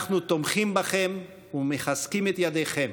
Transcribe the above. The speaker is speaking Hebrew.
אנחנו תומכים בכם ומחזקים את ידיכם.